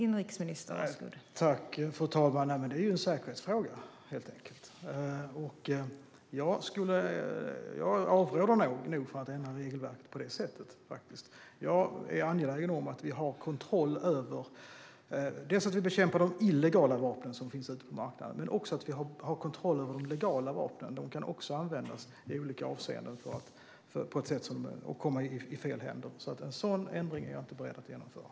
Fru talman! Det är helt enkelt en säkerhetsfråga. Jag avråder nog från att ändra regelverket på det sättet. Jag är angelägen om att vi har kontroll över detta. Vi ska dels bekämpa de illegala vapnen som finns ute på marknaden, dels ha kontroll över de legala vapnen. De kan också användas i olika avseenden och komma i fel händer. En sådan ändring är jag inte beredd att genomföra.